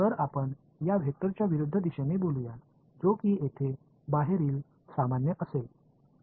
तर आपण या वेक्टरच्या विरुद्ध दिशेने बोलवूया जो कि येथे बाहेरील सामान्य असेल